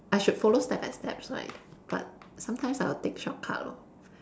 I should follow step by steps right but sometimes I'll take shortcut lor